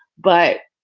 but.